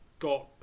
got